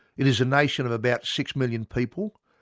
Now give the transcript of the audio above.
it is a nation of about six million people,